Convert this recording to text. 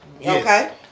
Okay